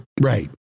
Right